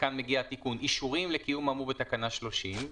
וכאן מגיע התיקון אישורים לקיום האמור בתקנה 30,